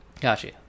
Gotcha